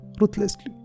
ruthlessly